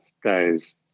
guys